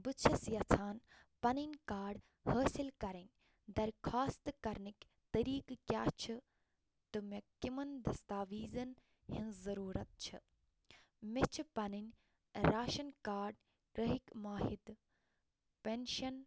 بہٕ چھَس یَژھان پنٕنۍ کارڈ حٲصِل کَرٕنۍ درخواست کرنٕکۍ طٔریٖقہٕ کیٛاہ چھِ تہٕ مےٚ کِمن دستاویٖزن ہِنٛزۍ ضُروٗرت چھِ مےٚ چھِِ پنٕنۍ راشن کارڈ گریٚہِک ماہِتہٕ پٮ۪نشن